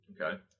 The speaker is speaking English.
Okay